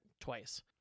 twice